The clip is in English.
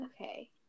okay